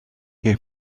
had